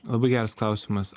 labai geras klausimas